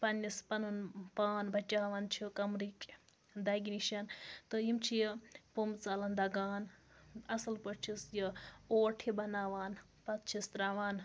پَننِس پَنُن پان بَچاوان چھِ کَمرٕکۍ دَگہِ نِش تہٕ یِم چھِ یہِ پوٚمبہٕ ژالَن دَگان اصٕل پٲٹھۍ چھِس یہِ اوٹ ہیٛو بَناوان پَتہٕ چھِس ترٛاوان